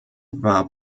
war